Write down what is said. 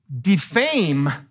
defame